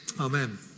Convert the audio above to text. Amen